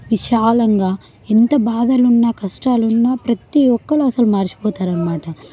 విశాలంగా ఎంత బాధలున్నా కష్టాలున్నా ప్రతీ ఒక్కళ్ళు అస్సలు మరచిపోతారన్నమాట